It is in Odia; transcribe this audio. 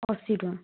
ଅଶୀଟଙ୍କା